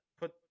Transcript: put